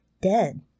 dead